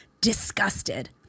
disgusted